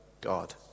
God